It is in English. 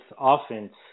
offense